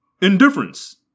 Indifference